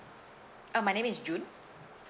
uh my name is june